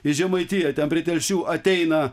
į žemaitiją ten prie telšių ateina